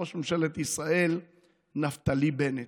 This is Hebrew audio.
ראש ממשלת ישראל נפתלי בנט.